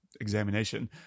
examination